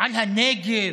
על הנגב,